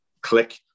click